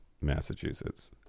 Massachusetts